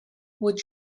would